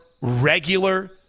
regular